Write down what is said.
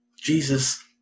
Jesus